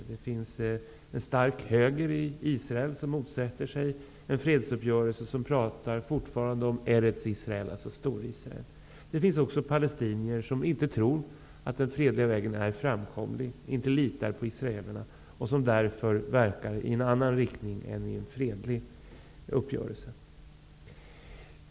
I Israel finns en stark höger som motsätter sig en fredsuppgörelse och som fortfarande pratar om ''Eretz Israel'', alltså Stor-Israel. Det finns också palestinier som inte tror att den fredliga vägen är framkomlig, som inte litar på israelerna och som därför verkar i en annan riktning än för en fredlig uppgörelse.